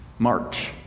March